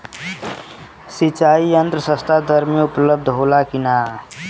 सिंचाई यंत्र सस्ता दर में उपलब्ध होला कि न?